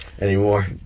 anymore